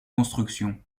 construction